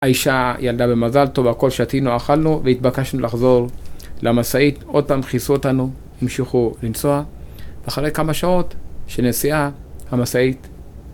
האישה ילדה במזל טוב והכל שתינו אכלנו והתבקשנו לחזור למשאית עוד פעם כיסו אותנו, המשיכו לנסוע ואחרי כמה שעות של נסיעה המשאית